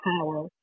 power